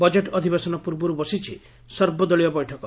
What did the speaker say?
budget ଅଧିବେଶନ ପୂର୍ବରୁ ବସିଛି ସର୍ବଦଳୀୟ ବୈଠକ